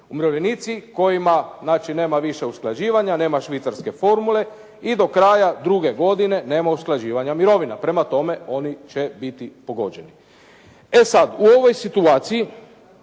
umirovljenici kojima znači nema više usklađivanja, nema švicarske formule i do kraja druge godine nema usklađivanja mirovina. Prema tome oni će biti pogođeni. E sad u ovoj situaciji